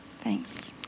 Thanks